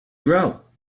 grow